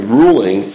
ruling